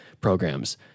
programs